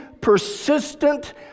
persistent